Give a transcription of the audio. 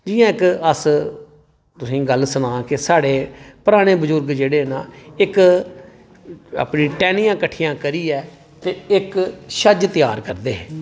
जि'यां अस तुसें गी इक गल्ल सनांऽ साढ़े पराने बजुर्ग जेह्ड़े न इक टैह्नियां किट्ठियां करियै इक छज्ज त्यार करदे हे